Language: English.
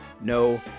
no